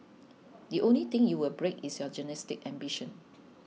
the only thing you will break is your journalistic ambition